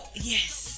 Yes